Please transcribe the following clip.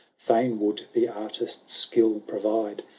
fain would the artiste skill provide,